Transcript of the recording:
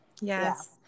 Yes